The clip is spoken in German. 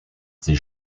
sie